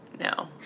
No